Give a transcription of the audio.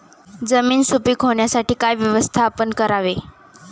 जमीन सुपीक होण्यासाठी काय व्यवस्थापन करावे?